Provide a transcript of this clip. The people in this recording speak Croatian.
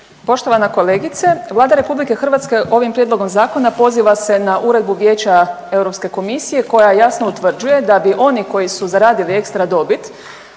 Poštovana kolegice Vlada Republike Hrvatske ovim prijedlogom zakona poziva se na uredbu Vijeća Europske komisije koja jasno utvrđuje da bi oni koji su zaradili ekstra dobit